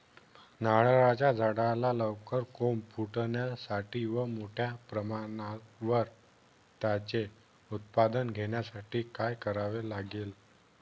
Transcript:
नारळाच्या झाडाला लवकर कोंब फुटण्यासाठी व मोठ्या प्रमाणावर त्याचे उत्पादन घेण्यासाठी काय करावे लागेल?